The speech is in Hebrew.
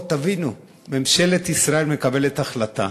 תבינו, ממשלת ישראל מקבלת החלטה,